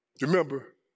Remember